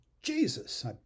Jesus